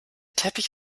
teppich